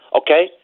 okay